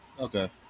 Okay